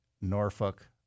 Norfolk